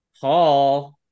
Paul